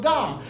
God